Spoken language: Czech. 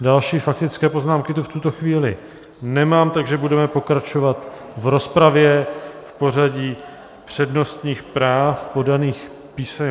Další faktické poznámky tu v tuto chvíli nemám, takže budeme pokračovat v rozpravě v pořadí přednostních práv podaných písemně.